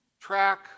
Track